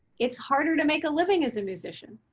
it's harder to make a living as a musician.